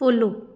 follow